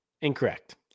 Incorrect